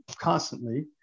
constantly